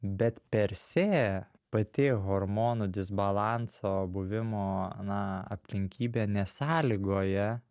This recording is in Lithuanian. bet persė pati hormonų disbalanso buvimo na aplinkybė nesąlygoja